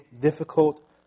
difficult